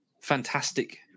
Fantastic